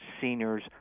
seniors